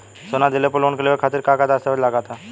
सोना दिहले पर लोन लेवे खातिर का का दस्तावेज लागा ता?